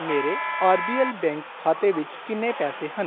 ਮੇਰੇ R B L bank ਖਾਤੇ ਵਿੱਚ ਕਿੰਨੇ ਪੈਸੇ ਹਨ